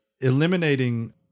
eliminating